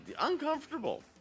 uncomfortable